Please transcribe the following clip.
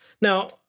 Now